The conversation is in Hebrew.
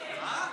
מה?